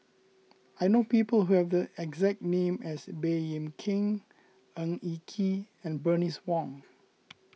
I know people who have the exact name as Baey Yam Keng Ng Eng Kee and Bernice Wong